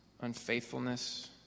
Unfaithfulness